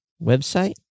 website